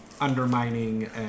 Undermining